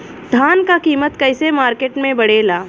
धान क कीमत कईसे मार्केट में बड़ेला?